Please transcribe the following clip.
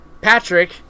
Patrick